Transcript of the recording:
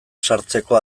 sartzeko